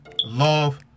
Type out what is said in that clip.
love